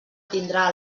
tindrà